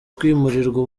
kwimurirwa